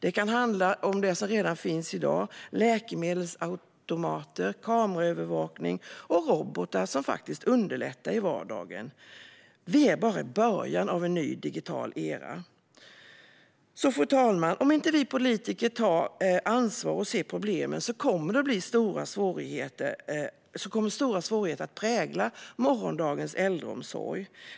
Det kan handla om sådant som redan finns i dag, läkemedelsautomater, kameraövervakning och robotar som underlättar i vardagen. Vi är bara i början av den digitala eran. Fru talman! Om vi politiker inte tar ansvar och ser problemen kommer stora svårigheter att prägla morgondagens äldreomsorg.